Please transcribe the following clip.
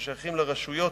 ששייכים לרשויות,